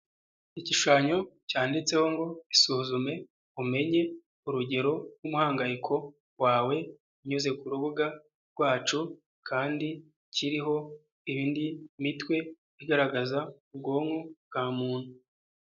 Igishushanyo cyanditseho ngo isuzume umenye urugero rw'umuhangayiko wawe unyuze ku rubuga rwacu. Kandi kiriho indi mitwe igaragaza ubwonko bwa muntu.